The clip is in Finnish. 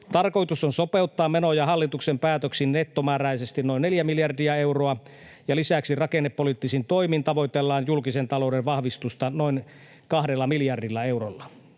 Tarkoitus on sopeuttaa menoja hallituksen päätöksin nettomääräisesti noin 4 miljardia euroa, ja lisäksi rakennepoliittisin toimin tavoitellaan julkisen talouden vahvistusta noin 2 miljardilla eurolla.